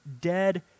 dead